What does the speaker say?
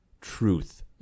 truth